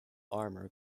armour